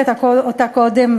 תודה לחברת הכנסת זהבה גלאון.